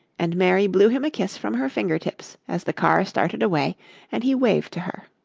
and mary blew him a kiss from her fingertips as the car started away and he waved to her.